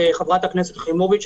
וחברת הכנסת יחימוביץ',